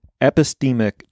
epistemic